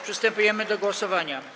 Przystępujemy do głosowania.